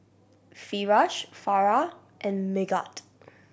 Firash Farah and Megat